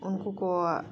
ᱩᱱᱠᱩ ᱠᱚᱣᱟᱜ